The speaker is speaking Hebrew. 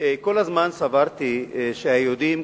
כל הזמן סברתי שהיהודים,